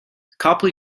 copley